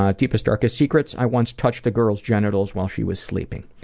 ah deepest, darkest secrets? i once touched a girl's genitals while she was sleeping.